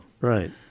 Right